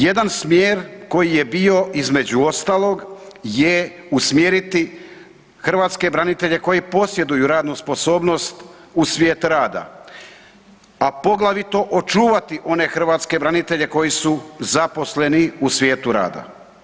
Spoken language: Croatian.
Jedan smjer koji je bio između ostalog je usmjeriti hrvatske branitelje koji posjeduju radnu sposobnost u svijet rada, a poglavito očuvati one hrvatske branitelje koji su zaposleni u svijetu rada.